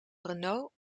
renault